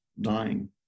dying